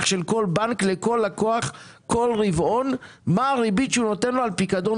של כל בנק לכל לקוח כל רבעון מה הריבית שנותן לו על פיקדון